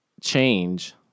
change